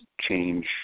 change